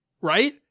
right